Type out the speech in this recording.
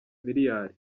miliyari